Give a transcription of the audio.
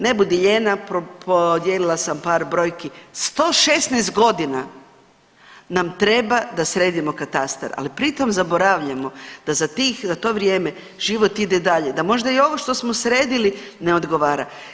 Ne budi lijena podijelila sam par brojki, 116 godina nam treba da sredimo katastar, al pritom zaboravljamo da za tih, to vrijeme život ide dalje, da možda i ovo što smo sredili ne odgovara.